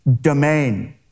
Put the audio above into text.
domain